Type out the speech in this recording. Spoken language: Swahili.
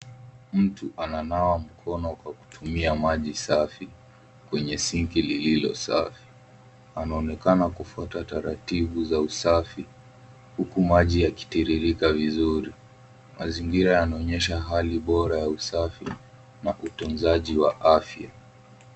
Mtu ananawa mkono kwa kutumia maji safi, kwenye sinki lililosafi. Anaonekana kufuata taratibu za usafi, huku maji yakitiririka vizuri. Mazingira yanaonyesha hali bora ya usafi na utunzaji wa afya.